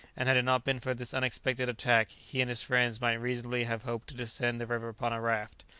and had it not been for this unexpected attack he and his friends might reasonably have hoped to descend the river upon a raft,